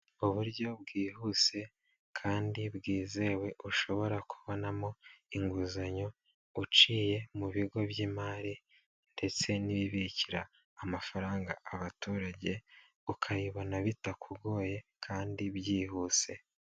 Uburyo bwihuse kandi bwizewe ushobora kubonamo inguzanyo uciye mu bigo by'imari ndetse n'ibibikira amafaranga abaturage, ukayibona bitakugoye kandi byihuse.